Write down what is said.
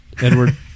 Edward